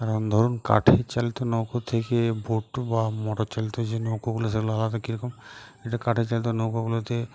কারণ ধরুন কাঠের চালিত নৌকা থেকে বোট বা মোটর চালিত যে নৌকাগুলো সেগুলো আলাদা কীরকম এটা কাঠের চালিত নৌকাগুলোতে